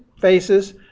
faces